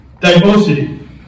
diversity